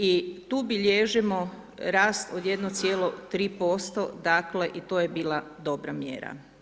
I tu bilježimo rast od 1,3%, dakle, i to je bila dobra mjera.